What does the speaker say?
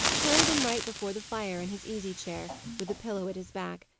planted him right before the fire in his easy-chair, with a pillow at his back,